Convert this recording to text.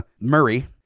Murray